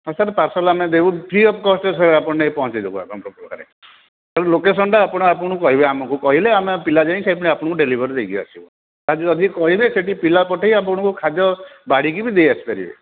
ହଁ sir parcel ଆମେ ଦେବୁ ଫ୍ରି ଅଫ୍ କଷ୍ଟ୍ରେ ସାର୍ ଆପଣ ନେଇକି ପହଞ୍ଚାଇଦେବୁ ଲୋକେସନ୍ଟା ଆପଣ ଆପଣଙ୍କୁ କହିବେ ଆମକୁ କହିଲେ ପିଲା ଯାଇ ଆପଣଙ୍କୁ ଡେଲିଭରି ଦେଇକି ଆସିବେ ସାର୍ ଯଦି କହିବେ ସେଇଠି ପିଲା ପଠାଇ ଆପଣଙ୍କୁ ଖାଦ୍ୟ ବାଢ଼ିକି ବି ଦେଇ ଆସିପାରିବେ